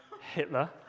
Hitler